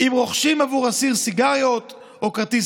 אם רוכשים עבור אסיר סיגריות או כרטיס